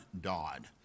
Dodd